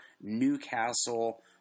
Newcastle